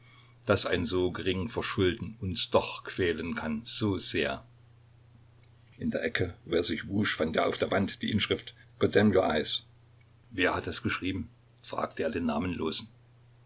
daß ein so gering verschulden uns doch quälen kann so sehr in der ecke wo er sich wusch fand er auf der wand die inschrift god demn your eyes wer hat das geschrieben fragte er den namenlosen